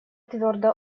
твердо